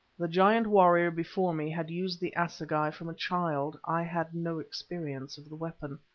the giant warrior before me had used the assegai from a child i had no experience of the weapon.